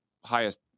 highest